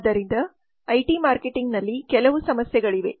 ಆದ್ದರಿಂದ IT marketing ನಲ್ಲಿ ಕೆಲವು ಸಮಸ್ಯೆಗಳಿವೆ